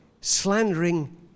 Slandering